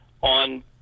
on